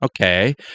okay